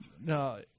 No